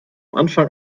anfang